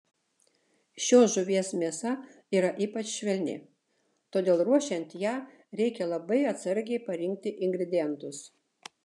šios žuvies mėsa yra ypač švelni todėl ruošiant ją reikia labai atsargiai parinkti ingredientus